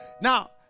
Now